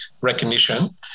recognition